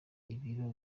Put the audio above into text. ibiro